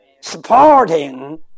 supporting